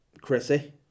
chrissy